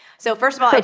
so, first of all,